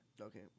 Okay